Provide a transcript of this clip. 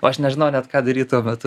o aš nežinau net ką daryt tuo metu